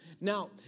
Now